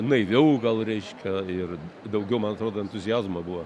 naiviau gal reiškia ir daugiau man atrodo entuziazmo buvo